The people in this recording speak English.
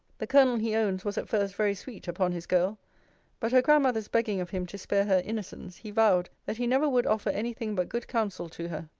the colonel he owns was at first very sweet upon his girl but her grandmother's begging of him to spare her innocence, he vowed, that he never would offer any thing but good counsel to her.